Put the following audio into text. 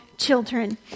children